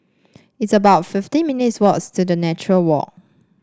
it's about fifty minutes' walk to Nature Walk